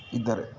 ಇದ್ದಾರೆ